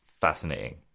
fascinating